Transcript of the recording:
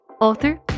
author